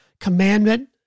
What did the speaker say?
Commandment